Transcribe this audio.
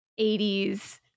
80s